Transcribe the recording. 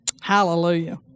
Hallelujah